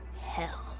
hell